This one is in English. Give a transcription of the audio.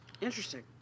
Interesting